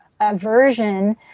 aversion